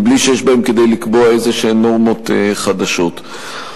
מבלי שיש בהם כדי לקבוע נורמות חדשות כלשהן.